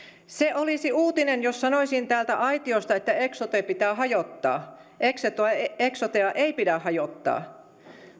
se olisi uutinen jos sanoisin täältä aitiosta että eksote pitää hajottaa eksotea ei eksotea ei pidä hajottaa